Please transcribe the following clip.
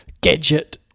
gadget